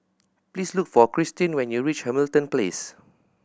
please look for Christene when you reach Hamilton Place